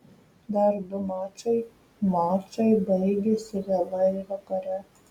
dar du mačai mačai baigėsi vėlai vakare